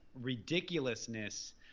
ridiculousness